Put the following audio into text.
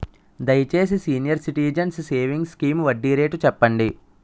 దయచేసి senior citizens savings scheme వడ్డీ rate చెప్పండి